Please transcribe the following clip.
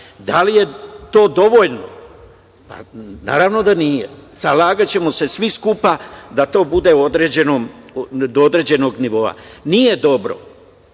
Dali je to dovoljno? Naravno da nije. Zalagaćemo se svi skupa da to bude do određenog nivoa. Nije dobro